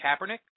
Kaepernick